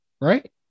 right